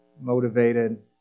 motivated